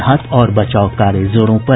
राहत और बचाव कार्य जोरों पर